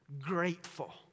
grateful